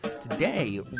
Today